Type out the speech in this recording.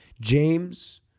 James